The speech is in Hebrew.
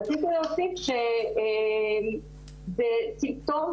רציתי להוסיף שזה סימפטום,